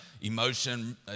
emotion